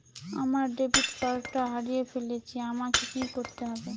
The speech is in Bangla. আমার ডেবিট কার্ডটা হারিয়ে ফেলেছি আমাকে কি করতে হবে?